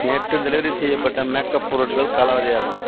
நேற்று டெலிவரி செய்யப்பட்ட make up பொருட்கள் காலாவதி ஆனது